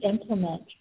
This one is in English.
implement